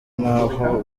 naho